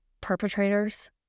perpetrators